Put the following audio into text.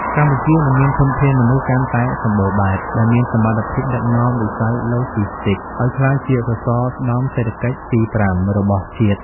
កម្ពុជានឹងមានធនធានមនុស្សកាន់តែសម្បូរបែប ដែលមានសមត្ថភាពដឹកនាំវិស័យឡូជីស្ទីកឱ្យក្លាយជាសសរស្តម្ភសេដ្ឋកិច្ចទី៥ របស់ជាតិ។